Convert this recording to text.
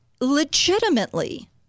legitimately